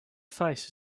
face